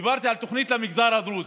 ודיברתי על תוכנית למגזר הדרוזי,